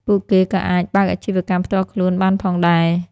ពួកគេក៏អាចបើកអាជីវកម្មផ្ទាល់ខ្លួនបានផងដែរ។